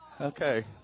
Okay